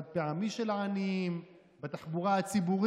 על החד-פעמי של העניים, על התחבורה הציבורית